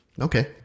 okay